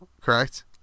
correct